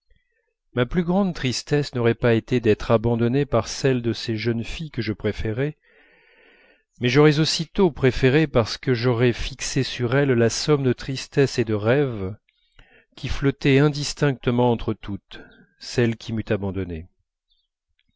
ma plus grande tristesse n'aurait pas été d'être abandonné par celle de ces jeunes filles que je préférais mais j'aurais aussitôt préféré parce que j'aurais fixé sur elle la somme de tristesse et de rêve qui flottait indistinctement entre toutes celle qui m'eût abandonné